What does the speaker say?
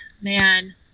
man